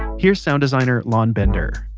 here's sound designer lon bender